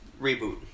Reboot